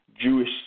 Jewish